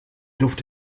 luft